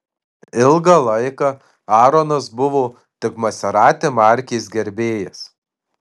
ilgą laiką aaronas buvo tik maserati markės gerbėjas